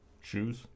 Shoes